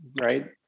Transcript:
Right